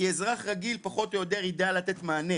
כי אזרח רגיל פחות או יותר ידע לתת מענה.